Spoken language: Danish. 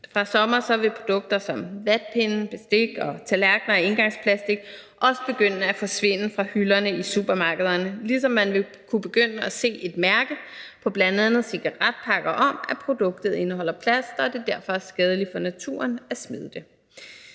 Til sommer vil produkter som vatpinde og bestik og tallerkener af engangsplastik også begynde at forsvinde fra hylderne i supermarkederne, ligesom man vil kunne begynde at se et mærke på bl.a. cigaretpakker om, at produktet indeholder plast, og at det derfor er skadeligt for naturen at smide det